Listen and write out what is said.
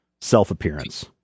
self-appearance